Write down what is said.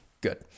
Good